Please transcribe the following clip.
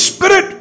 Spirit